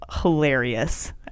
Hilarious